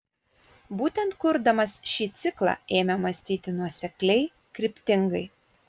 būtent kurdamas šį ciklą ėmė mąstyti nuosekliai kryptingai